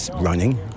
running